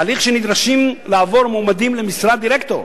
הליך שנדרשים לעבור מועמדים למשרה דירקטור.